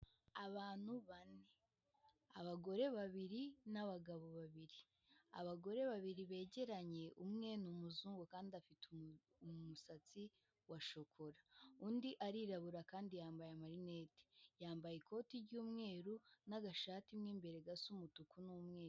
Abantu bane abagore babiri n'abagabo babiri, abagore babiri begeranye umwe ni umuzungu kandi afite umusatsi wa shokora, undi arirabura kandi yambaye amarinete, yambaye ikoti ry'umweru n'agashati mu imbere gasa umutuku n'umweru.